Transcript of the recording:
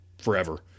forever